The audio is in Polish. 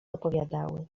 opowiadały